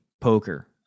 poker